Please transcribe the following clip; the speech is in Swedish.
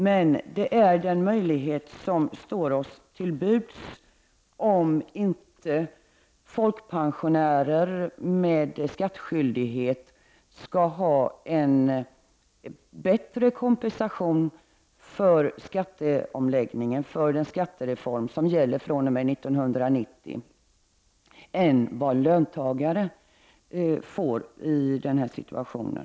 Det är ändå den möjlighet som står oss till buds, om inte folkpensionärer med skattskyldighet skall ha en bättre kompensation för den skattereform som skall gälla från 1990 än vad löntagare får i denna situation.